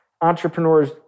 entrepreneurs